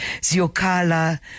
Ziokala